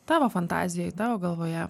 tavo fantazijoj tavo galvoje